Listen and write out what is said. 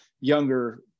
younger